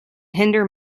hinder